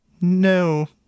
no